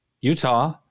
Utah